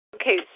Okay